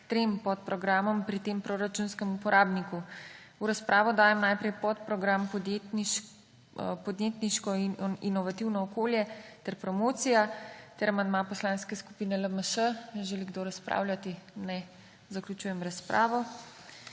k trem podprogramom pri tem proračunskem uporabniku. V razpravo dajem najprej podprogram Podjetniško inovativno okolje ter promocija ter amandma Poslanske skupine LMŠ. Želi kdo razpravljati? (Ne.) Zaključujem razpravo.